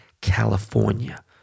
California